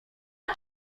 też